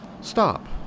stop